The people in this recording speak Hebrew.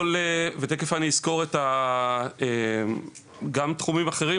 תכף אני אסקור את התחומים השונים,